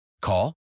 Call